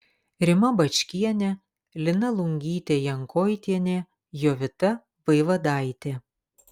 rima bačkienė lina lungytė jankoitienė jovita vaivadaitė